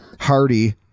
Hardy